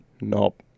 Nope